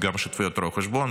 גם שותפויות רואי חשבון,